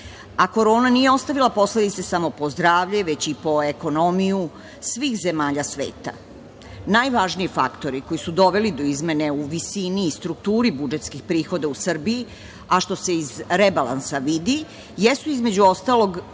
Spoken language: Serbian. korona nije ostavila posledice samo po zdravlje već i po ekonomiju svih zemalja sveta. Najvažniji faktori koji su doveli do izmene u visini i strukturi budžetskih prihoda u Srbiji, a što se iz rebalansa vidi jesu između ostalog